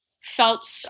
felt